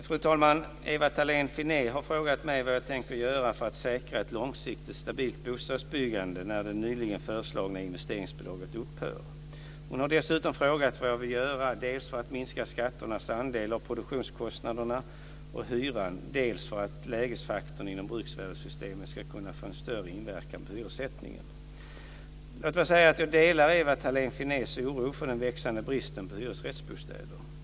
Fru talman! Ewa Thalén Finné har frågat mig vad jag tänker göra för att säkra ett långsiktigt stabilt bostadsbyggande när det nyligen föreslagna investeringsbidraget upphör. Hon har dessutom frågat vad jag vill göra, dels för att minska skatternas andel av produktionskostnaderna och hyran, dels för att lägesfaktorn inom bruksvärdessystemet ska kunna få en större inverkan på hyressättningen. Låt mig säga att jag delar Ewa Thalén Finnés oro för den växande bristen på hyresrättsbostäder.